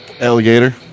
Alligator